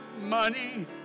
money